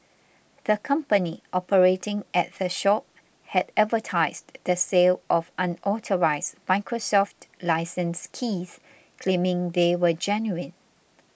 the company operating at the shop had advertised the sale of unauthorised Microsoft licence keys claiming they were genuine